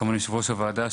כמובן יושב-ראש הוועדה,